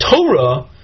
Torah